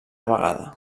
vegada